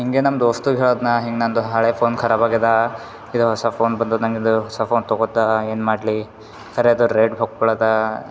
ಹಿಂಗೇ ನಮ್ಮ ದೋಸ್ತುಗ ಹೇಳಿದ್ನ ಹಿಂಗೆ ನಂದು ಹಳೆ ಫೋನ್ ಖರಾಬ್ ಆಗ್ಯಾದ ಇದು ಹೊಸ ಫೋನ್ ಬಂದದೆ ನಂಗೆ ಇದು ಹೊಸ ಫೋನ್ ತಗೋತಾ ಏನು ಮಾಡಲಿ ಕರೆಯದ ರೇಟ್ ಹೊಕ್ಕೋಳದಾ